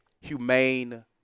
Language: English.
humane